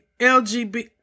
LGBT